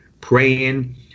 praying